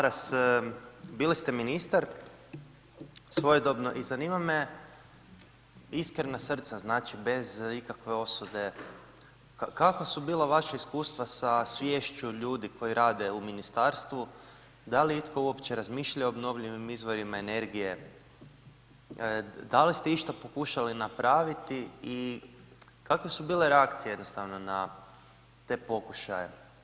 Uvaženi zastupniče Maras, bili ste ministar svojedobno i zanima me iskrena srca, znači bez ikakve osude, kakva su bila vaša iskustva sa sviješću ljudi koji rade u ministarstvu, da li je itko uopće razmišljao o obnovljivim izvorima energije, da li ste išta pokušali napraviti i kakve su bile reakcije jednostavno na te pokušaje.